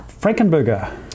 Frankenburger